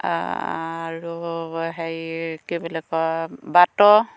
আৰু হেৰি কি বুলি কয় বাত